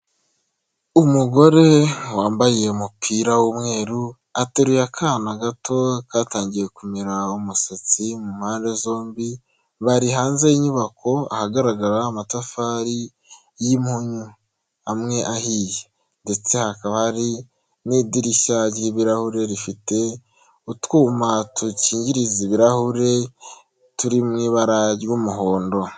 Umugore wambaye umupira w'umweru ateruye akana gato katangiye kumerara umusatsi mu mpande zombi, bari hanze y'inyubako ahagaragara amatafari y'impunyu amwe ahiye ndetse hakaba hari n'idirishya ry'ibirahure rifite utwuma dukingiriza ibirahure turi mu ibara ry'umuhondo.